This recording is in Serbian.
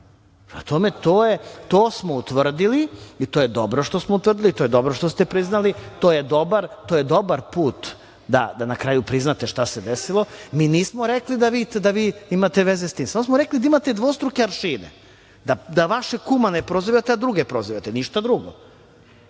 to smo utvrdili i to je dobro što smo utvrdili i što ste priznali i to je dobar put da na kraju priznate šta se desilo. Mi nismo rekli da vi imate veze sa tim, samo smo rekli da imate dvostruke aršine da vašeg kuma ne prozivate, a druge ne prozivate. Ništa drugo